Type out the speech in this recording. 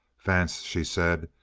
vance, she said,